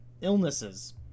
illnesses